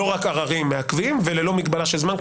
לא רק עררים מעכבים וללא מגבלה של זמן,